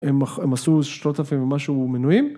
‫הם עשו שלושת אלפים ומשהו מנויים.